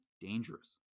dangerous